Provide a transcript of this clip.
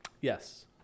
Yes